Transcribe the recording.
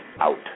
out